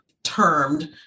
termed